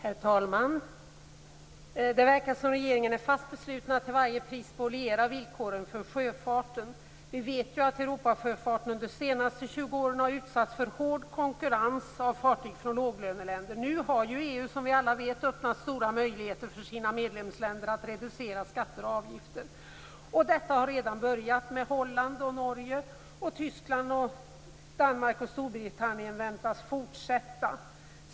Herr talman! Det verkar som om regeringen är fast besluten att till varje pris spoliera villkoren för sjöfarten. Europasjöfarten har under de senaste 20 åren utsatts för hård konkurrens av fartyg från låglöneländer. Nu har EU, som vi alla vet, öppnat stora möjligheter för sina medlemsländer att reducera skatter och avgifter. En sådan utveckling har redan inletts av Storbritannien väntas fortsätta.